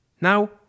Now